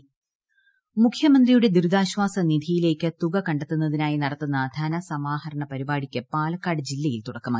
ധനസമാഹരണ പരിപാടി മുഖ്യമന്ത്രിയുടെ ദുരിതാശ്ചാസ നിധിയിലേക്ക് തുക കണ്ടെത്തുന്നതിനായി നടത്തുന്ന ധനസമാഹരണ പരിപാടിക്ക് പാലക്കാട് ജില്ലയിൽ തുടക്കമായി